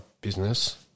business